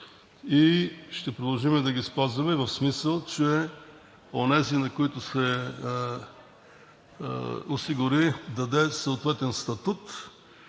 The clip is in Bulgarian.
и ще продължим да ги спазваме, в смисъл че онези, на които се осигури, даде съответен статут